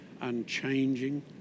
unchanging